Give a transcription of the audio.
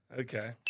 Okay